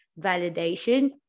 validation